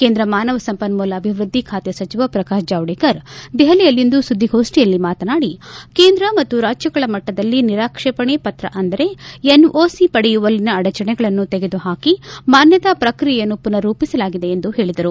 ಕೇಂದ್ರ ಮಾನವ ಸಂಪನ್ಮೂಲ ಅಭಿವೃದ್ದಿ ಖಾತೆ ಸಚಿವ ಪ್ರಕಾಶ್ ಜಾವಡೇಕರ್ ದೆಹಲಿಯಲ್ಲಿಂದು ಸುದ್ದಿಗೋಷ್ಟಿಯಲ್ಲಿ ಮಾತನಾಡಿ ಕೇಂದ್ರ ಮತ್ತು ರಾಜ್ಯಗಳ ಮಟ್ಟದಲ್ಲಿ ನಿರಾಕ್ಷೇಪಣೆ ಪತ್ರ ಅಂದರೆ ಎನ್ಓಸಿ ಪಡೆಯುವಲ್ಲಿನ ಅಡಚಣೆಗಳನ್ನು ತೆಗೆದು ಹಾಕಿ ಮಾನ್ಜತಾ ಪ್ರಕ್ರಿಯೆಯನ್ನು ಪುನರ್ ರೂಪಿಸಲಾಗಿದೆ ಎಂದು ಹೇಳಿದರು